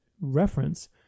reference